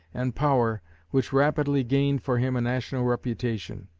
and power which rapidly gained for him a national reputation.